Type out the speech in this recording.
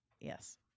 yes